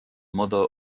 modo